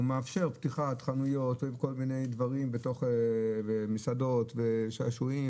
והוא מאפשר פתיחת חנויות וכל מיני דברים בתוך מסעדות ושעשועים.